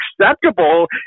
acceptable